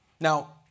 Now